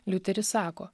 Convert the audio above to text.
liuteris sako